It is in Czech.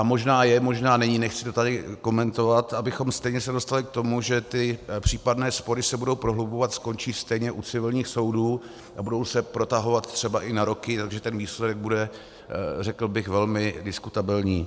Možná je, možná není, nechci to tady komentovat, abychom se stejně dostali k tomu, že případné spory se budou prohlubovat, skončí stejně u civilních soudů a budou se protahovat třeba i na roky, takže ten výsledek bude, řekl bych, velmi diskutabilní.